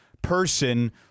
person